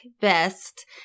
best